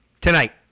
tonight